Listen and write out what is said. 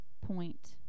point